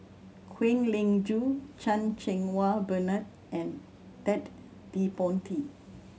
Kwek Leng Joo Chan Cheng Wah Bernard and Ted De Ponti